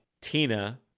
Tina